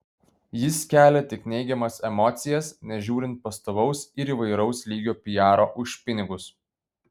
jis kelia tik neigiamas emocijas nežiūrint pastovaus ir įvairaus lygio pijaro už pinigus